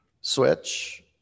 Switch